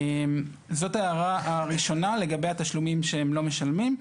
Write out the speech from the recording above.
זאת ההערה הראשונה לגבי התשלומים שהם לא משלמים.